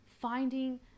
finding